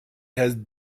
had